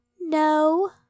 No